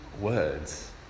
words